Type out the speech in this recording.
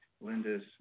Linda's